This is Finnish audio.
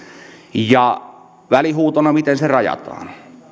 ja välihuutona miten se rajataan